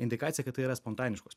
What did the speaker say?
indikaciją kad tai yra spontaniškos